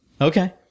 Okay